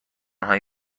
هایی